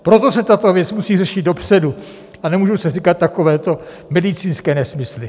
Proto se tato věc musí řešit dopředu a nemůžou se říkat takovéto medicínské nesmysly.